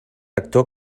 actor